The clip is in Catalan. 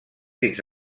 fins